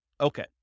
Okay